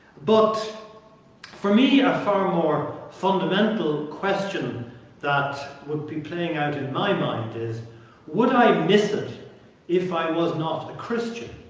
but for me a far more fundamental question that would be playing out in my mind is would i miss it if i was not a christian?